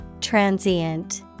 Transient